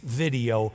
video